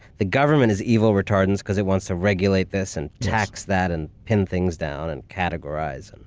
the government is evil retardants because it wants to regulate this, and tax that, and pin things down, and categorize. and